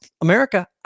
America